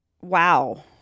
Wow